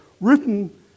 written